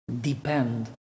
depend